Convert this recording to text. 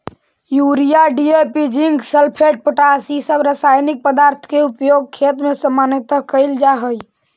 urea, DAP, zinc sulphate, potash इ सब रसायनिक पदार्थ के उपयोग खेत में सामान्यतः कईल जा हई